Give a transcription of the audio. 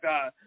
God